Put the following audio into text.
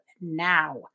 now